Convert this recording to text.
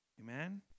Amen